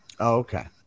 Okay